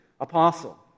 apostle